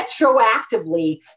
retroactively